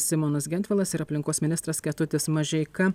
simonas gentvilas ir aplinkos ministras kęstutis mažeika